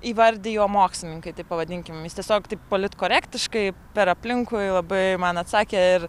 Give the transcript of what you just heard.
įvardijo mokslininkai taip pavadinkim jis tiesiog taip politkorektiškai per aplinkui labai man atsakė ir